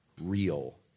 real